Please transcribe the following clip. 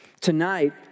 Tonight